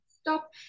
stop